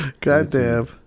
Goddamn